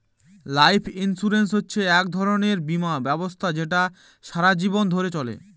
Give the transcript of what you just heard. life insurance হচ্ছে এক ধরনের বীমা ব্যবস্থা যেটা সারা জীবন ধরে চলে